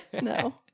No